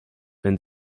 wenn